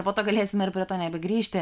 po to galėsime ir prie to nebegrįžti